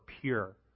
pure